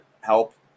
help